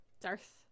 Darth